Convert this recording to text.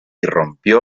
rompió